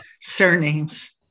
surnames